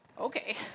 Okay